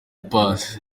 paccy